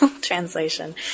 translation